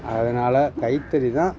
அதனால கைத்தறிதான்